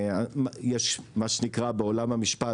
מה שנקרא בעולם המשפט